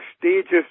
prestigious